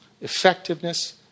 effectiveness